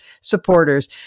supporters